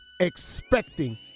Expecting